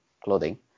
clothing